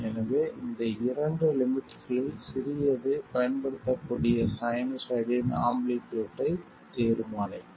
எனவே இந்த இரண்டு லிமிட்களில் சிறியது பயன்படுத்தக்கூடிய சைனூசாய்டின் ஆம்ப்ளிடியூட்டை தீர்மானிக்கும்